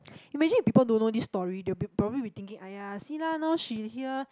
imagine if people don't know this story they'll probably be thinking !aiya! see lah now she's here